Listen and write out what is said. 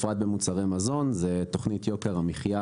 בפרט במוצרי מזון זה תוכנית יוקר המחייה